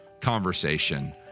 conversation